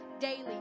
daily